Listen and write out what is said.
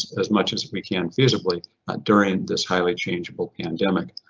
as much as we can feasibly ah during this highly changeable pandemic.